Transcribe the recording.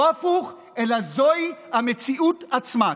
לא הפוך, אלא זוהי המציאות עצמה.